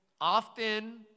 often